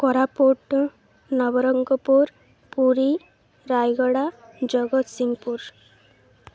Koraput Nabarangpur Puri Rayagada Jagatsinghpur